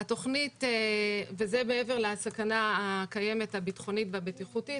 וזה מעבר לסכנה הביטחונית והבטיחותית הקיימת.